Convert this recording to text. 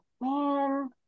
Man